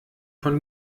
von